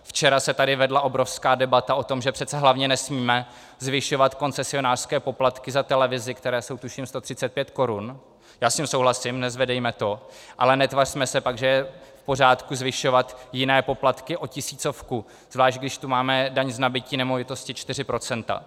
Včera se tady vedla obrovská debata o tom, že přece hlavně nesmíme zvyšovat koncesionářské poplatky za televizi, které jsou, tuším, 135 korun, já s tím souhlasím, nezvedejme to, ale netvařme se pak, že je v pořádku zvyšovat jiné poplatky o tisícovku, zvlášť když tu máme daň z nabytí nemovitosti 4 %.